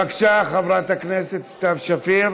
בבקשה, חברת הכנסת סתיו שפיר.